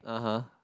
(uh huh)